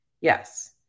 Yes